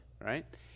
right